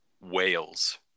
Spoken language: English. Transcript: Whales